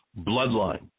bloodline